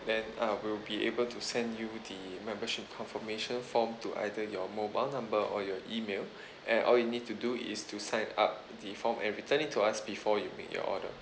then I will be able to send you the membership confirmation form to either your mobile number or your email and all you need to do is to sign up the form and return it to us before you make your order